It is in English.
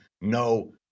No